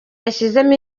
yashyizemo